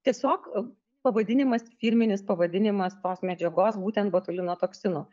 tiesiog pavadinimas firminis pavadinimas tos medžiagos būtent botulino toksino